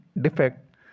defect